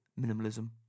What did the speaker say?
minimalism